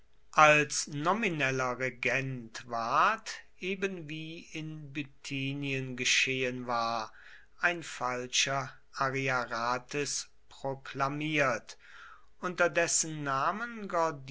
als nomineller regent ward ebenwie in bithynien geschehen war ein falscher ariarathes proklamiert unter dessen namen